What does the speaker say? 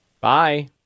Bye